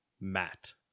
Matt